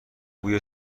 بوی